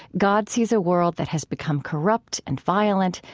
god sees a world that has become corrupt and violent,